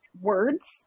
words